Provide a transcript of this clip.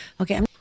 okay